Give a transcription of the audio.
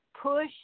push